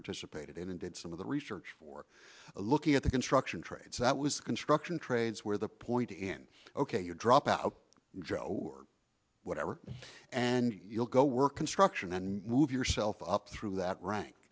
participated in and did some of the research for looking at the construction trades that was construction trades where the pointy end ok you drop out joe or whatever and you'll go work construction and move yourself up through that rank